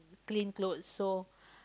clean clothes so